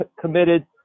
committed